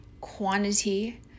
quantity